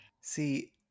See